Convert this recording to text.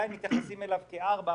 מתייחסים אליו כארבע,